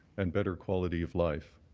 and better quality of life.